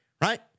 right